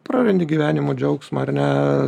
prarandi gyvenimo džiaugsmą ar ne